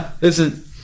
Listen